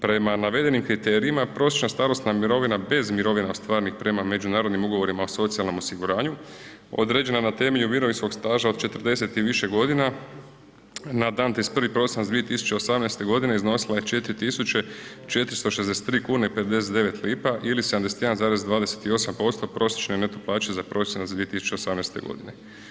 Prema navedenim kriterijima prosječna starosna mirovina bez mirovina ostvarenih prema međunarodnim ugovorima o socijalnom osiguranju određena na temelju mirovinskog staža od 40 i više godina na dan 31. prosinac 2018. godine iznosila je 4.463,59 lipa ili 71,28% prosječne neto plaće za prosinac 2018. godine.